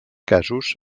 casos